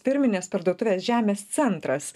firminės parduotuvės žemės centras